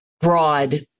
broad